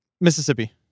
Mississippi